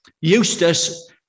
Eustace